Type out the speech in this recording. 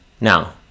Now